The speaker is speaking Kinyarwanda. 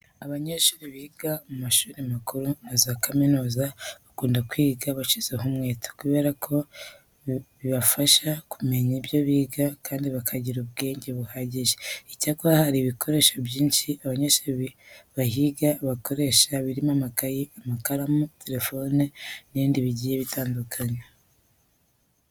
Abanyeshuri biga mu mashuri makuru na za kaminuza bakunda kwiga bashyizeho umwete kubera ko bibafasha kumenya ibyo biga kandi bakagira ubwenge buhagije. Icyakora hari ibikoresho byinshi abanyeshuri bahiga bakoresha birimo amakayi, amakaramu, telefone n'ibindi bigiye bitandukanye.